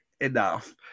enough